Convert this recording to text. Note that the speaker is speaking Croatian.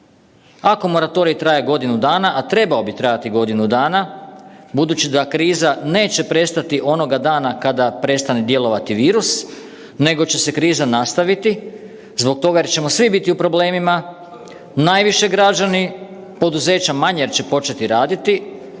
Ako moratorij traje godinu dana, a trebao bi trajati godinu dana budući da kriza neće prestati onoga dana kada prestane djelovati virus nego će se kriza nastaviti, zbog toga jer ćemo svi biti u problemima najviše građani, poduzeća manje jer će početi raditi,